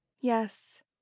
Yes